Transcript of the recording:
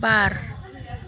बार